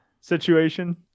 situation